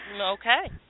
Okay